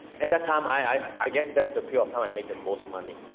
at that time, i i guess, that's the period of time i made the most money.